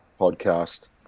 podcast